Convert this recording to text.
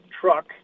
truck